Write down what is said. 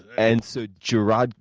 and so jarrod.